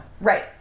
Right